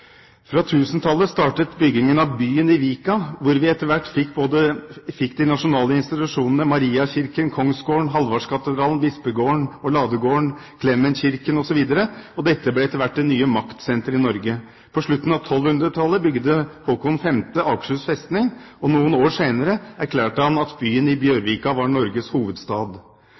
Fra 1000-tallet startet byggingen av byen i Vika, hvor vi etter hvert fikk de nasjonale institusjonene Mariakirken, Kongsgården, Hallvardskatedralen, Bispegården, Ladegården, Clemenskirken osv., og dette ble etter hvert det nye maktsenteret i Norge. På slutten av 1200-tallet bygde Håkon 5. Akershus festning, og noen år senere erklærte han at byen i Bjørvika var Norges hovedstad.